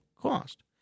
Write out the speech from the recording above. cost